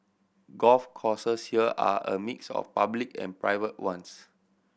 golf courses here are a mix of public and private ones